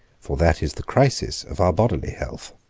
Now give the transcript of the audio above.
for that is the crisis of our bodily health.